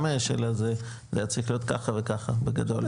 אלא זה היה צריך להיות ככה וככה בגדול,